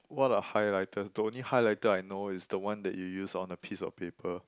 what are highlighters the only highlighter I know is the one that you use on a piece of paper